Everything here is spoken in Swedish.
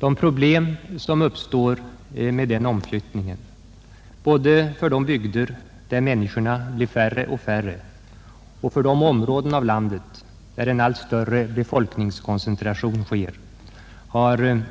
De problem som uppstår i samband med denna omflyttning både för de bygder, där människorna blir färre och färre, och för de områden av landet, där en allt större befolkningskoncentration sker, har